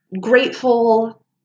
grateful